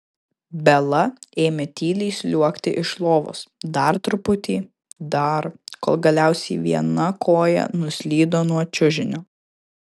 bela ėmė tyliai sliuogti iš lovos dar truputį dar kol galiausiai viena koja nuslydo nuo čiužinio